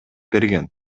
берген